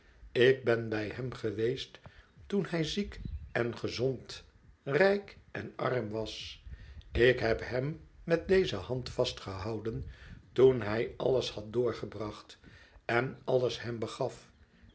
ik ben bij hem geweest toen hij ziek en gezond rijk en arm was ik heb hem met deze hand vastgehouden toen hij alles had doorgebracht en alles hem begaf